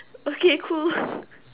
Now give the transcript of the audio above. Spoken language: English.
okay cool